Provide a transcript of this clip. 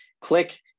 Click